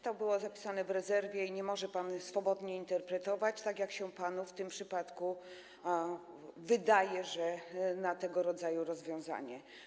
To było zapisane w rezerwie i nie może pan swobodnie interpretować, tak jak się panu w tym przypadku wydaje, że to było na tego rodzaju rozwiązanie.